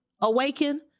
awaken